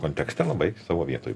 kontekste labai savo vietoj